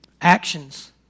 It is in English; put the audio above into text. Actions